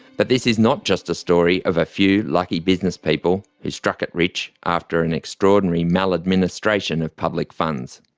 but this is not just a story of a few lucky businesspeople who struck it rich after an extraordinary maladministration of public funds.